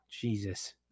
Jesus